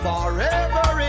Forever